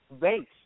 base